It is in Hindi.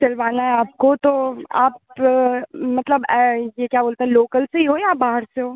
सिलवाना है आपको तो आप मतलब ये क्या बोलते हैं लोकल से ही हो या आप बाहर से हो